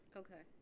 okay